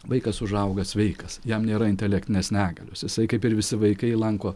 vaikas užauga sveikas jam nėra intelektinės negalios jisai kaip ir visi vaikai lanko